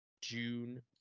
June